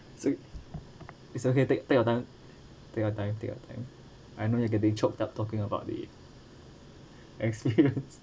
it's it's okay take take your time take your time take your time I know you're getting choked up talking about the experience